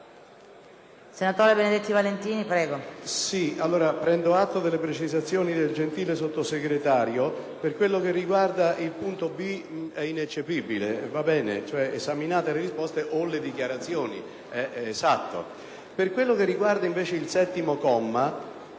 senatore Benedetti Valentini per